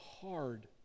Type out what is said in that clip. hard